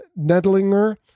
Nedlinger